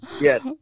Yes